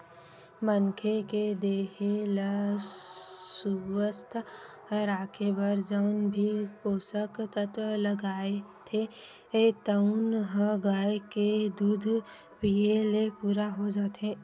मनखे के देहे ल सुवस्थ राखे बर जउन भी पोसक तत्व लागथे तउन ह गाय के दूद पीए ले पूरा हो जाथे